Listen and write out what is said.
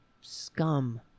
scum